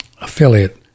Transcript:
affiliate